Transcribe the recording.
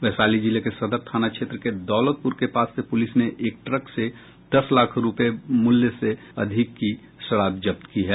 वैशाली जिले के सदर थाना क्षेत्र के दौलतपुर के पास से पुलिस ने एक ट्रक से दस लाख रूपये से अधिक मूल्य की शराब जब्त की है